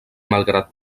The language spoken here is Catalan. malgrat